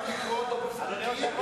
גם לקרוא אותו בפומבי,